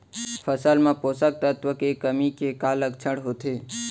फसल मा पोसक तत्व के कमी के का लक्षण होथे?